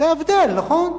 זה הבדל, נכון?